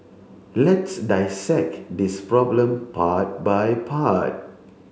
let's dissect this problem part by part